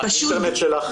האינטרנט שלך